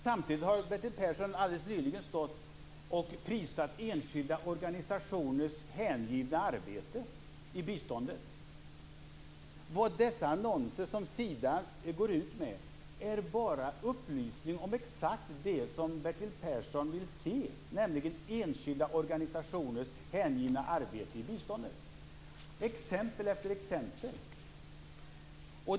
Samtidigt har Bertil Persson alldeles nyligen stått och prisat enskilda organisationers hängivna arbete i biståndet. Dessa annonser som Sida går ut med är upplysningar om exakt det som Bertil Persson vill se, nämligen enskilda organisationers hängivna arbete i biståndet. Det är exempel efter exempel.